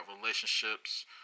relationships